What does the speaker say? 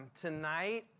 tonight